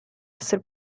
essere